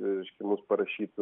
reiškia mums parašyti